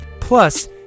plus